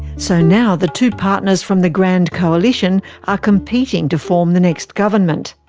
so now the two partners from the grand coalition are competing to form the next government.